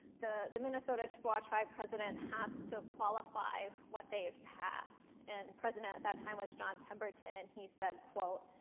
the the minnesota chippewa tribe president has to qualify what they've passed. and president at that time which john pemberton, and he said, quote,